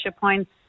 points